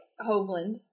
Hovland